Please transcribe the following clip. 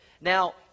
Now